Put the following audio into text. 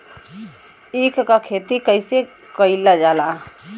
ईख क खेती कइसे कइल जाला?